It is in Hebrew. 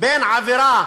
בין עבירה